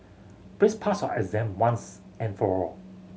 please pass your exam once and for all